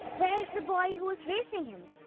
where is the boy who is racing him?